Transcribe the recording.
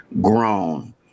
grown